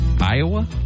Iowa